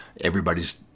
everybody's